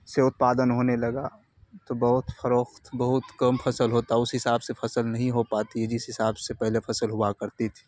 سے اتپادن ہونے لگا تو بہت فروخت بہت کم فصل ہوتا اس حساب سے فصل نہیں ہو پاتی جس حساب سے پہلے فصل ہوا کرتی تھی